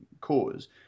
cause